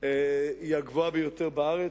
היא הגבוהה ביותר בארץ,